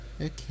Okay